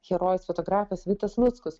herojus fotografas vitas luckus